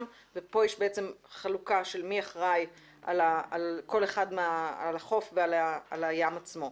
ופה יש בעצם חלוקה של מי אחראי על החוף ועל הים עצמו.